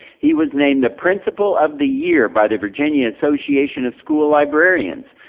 he was named the principal of the year by the virginia association of school librarians.